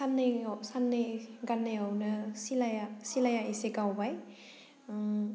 साननै साननै गाननायावनो सिलाया सिलाया एसे गावबाय